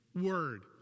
word